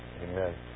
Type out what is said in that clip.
Amen